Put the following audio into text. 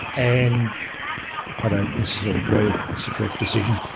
and i don't necessarily agree that was the correct decision.